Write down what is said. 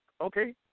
okay